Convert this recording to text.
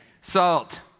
Salt